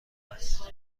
است